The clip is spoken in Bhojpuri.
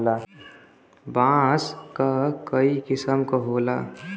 बांस क कई किसम क होला